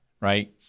right